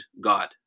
God